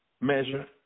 Measure